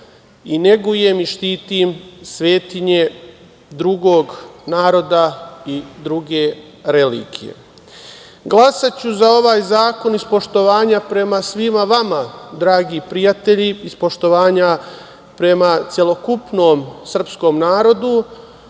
i negujem i štitim svetinje drugog naroda i druge religije. Glasaću za ovaj zakon iz poštovanja prema svima vama dragi prijatelji, iz poštovanja prema celokupnom srpskom narodu,